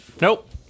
Nope